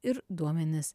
ir duomenis